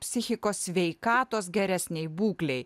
psichikos sveikatos geresnei būklei